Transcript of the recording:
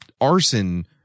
arson